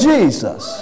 Jesus